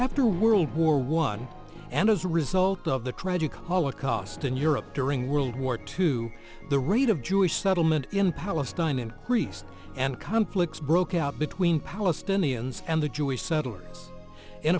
after world war one and as a result of the tragic holocaust in europe during world war two the rate of jewish settlement in palestine in greece and conflicts broke out between palestinians and the jewish settlers in